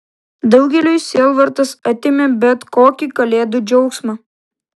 daugeliui sielvartas atėmė bet kokį kalėdų džiaugsmą